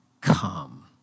come